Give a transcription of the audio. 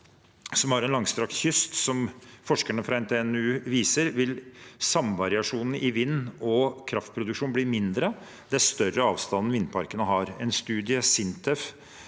vi har en langstrakt kyst. Som forskerne fra NTNU viser, vil samvariasjonen i vind og kraftproduksjon bli mindre dess større avstand vindparkene har. En studie SINTEF